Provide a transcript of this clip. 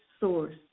source